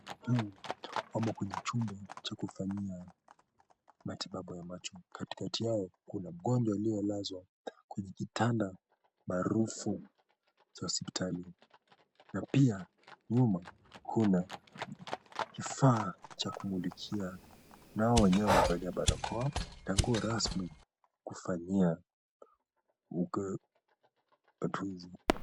Huu wamo kwenye chumba cha kufanyia matibabu ya macho. Katikati yao, kuna mgonjwa aliyelazwa kwenye kitanda maarufu cha hosipitalini na pia nyuma kuna kifaa cha kumulikia, nao wenyewe wamevalia barakoa na nguo rasmi ya kufanyia ukaguzi.